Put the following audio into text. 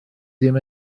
ddim